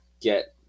get